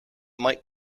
might